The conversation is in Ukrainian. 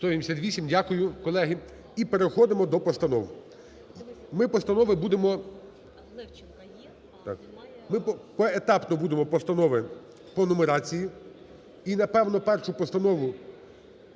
За-188 Дякую, колеги. І переходимо до постанов. Ми постанови будемо… Ми поетапно будемо постанови, по нумерації. І, напевно, першу постанову,